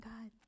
God